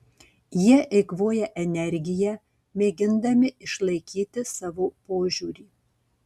jie eikvoja energiją mėgindami išlaikyti savo požiūrį